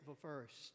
First